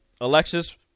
Alexis